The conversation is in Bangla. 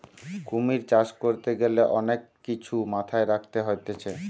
কুমির চাষ করতে গ্যালে অনেক কিছু মাথায় রাখতে হতিছে